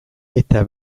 eta